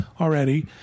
already